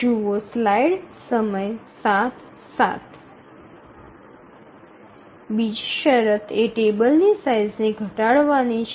બીજી શરત એ ટેબલની સાઇઝને ઘટાડવાની છે